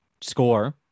score